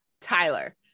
Tyler